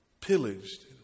Pillaged